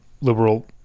liberal